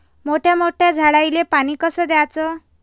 मोठ्या मोठ्या झाडांले पानी कस द्याचं?